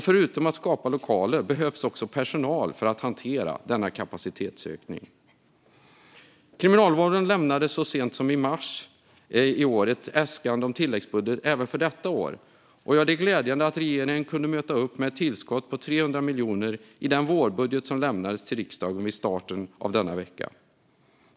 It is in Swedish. Förutom lokaler behövs också personal för att hantera denna kapacitetsökning. Kriminalvården lämnade så sent som i mars i år ett äskande om tilläggsbudget, och det är glädjande att regeringen kunde möta upp detta med ett tillskott på 300 miljoner i den vårbudget som lämnades till riksdagen vid starten av denna vecka.